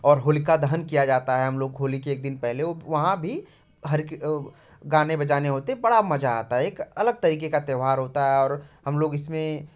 और होलिका दहन किया जाता है हम लोग होली के एक दिन पहले वहाँ भी गाने बजाने होते हैं बड़ा मजा आता है एक अलग तरीके का त्योहार होता है और हम लोग इसमें